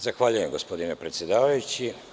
Zahvaljujem, gospodine predsedavajući.